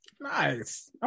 Nice